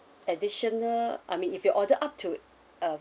additional I mean if you order up to uh